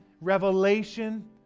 revelation